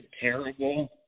terrible